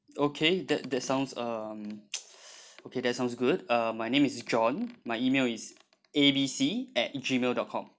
okay that that sounds um okay that sounds good uh my name is john my email is A B C at Gmail dot com